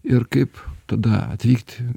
ir kaip tada atvykti